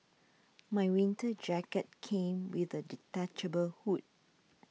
my winter jacket came with a detachable hood